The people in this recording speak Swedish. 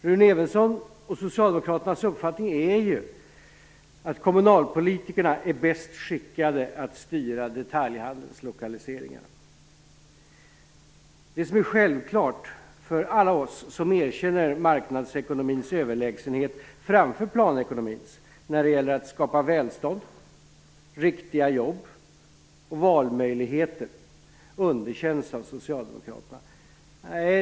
Rune Evenssons och socialdemokraternas uppfattning är ju att kommunalpolitikerna är bäst skickade att styra detaljhandelslokaliseringar. Det som är självklart för alla oss som erkänner marknadsekonomins överlägsenhet framför planekonomins när det gäller att skapa välstånd, riktiga jobb och valmöjligheter, underkänns av socialdemokraterna.